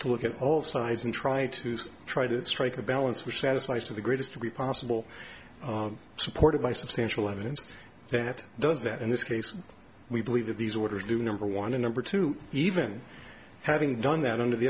to look at all sides and try to use try to strike a balance which satisfies to the greatest to be possible supported by substantial evidence that does that in this case we believe that these orders do number one and number two even having done that under the